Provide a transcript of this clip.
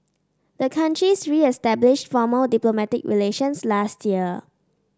the countries reestablished formal diplomatic relations last year